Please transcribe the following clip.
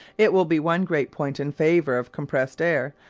it will be one great point in favour of compressed air,